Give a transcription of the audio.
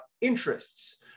interests